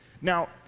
Now